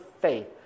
faith